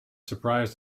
surprised